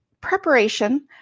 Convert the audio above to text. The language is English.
preparation